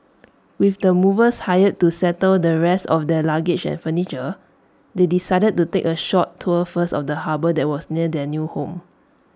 with the movers hired to settle the rest of their luggage and furniture they decided to take A short tour first of the harbour that was near their new home